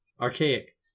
Archaic